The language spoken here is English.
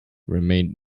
remained